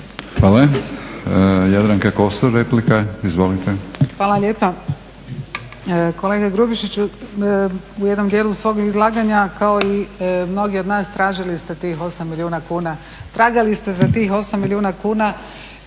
Jadranka (Nezavisni)** Hvala lijepa. Kolega Grubišić, u jednom dijelu svog izlaganja kao i mnogi od nas tražili ste tih 8 milijuna kuna, tragali ste za tih 8 milijuna kuna